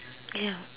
ya